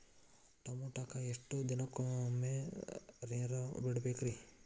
ಟಮೋಟಾಕ ಎಷ್ಟು ದಿನಕ್ಕೊಮ್ಮೆ ನೇರ ಬಿಡಬೇಕ್ರೇ?